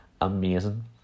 Amazing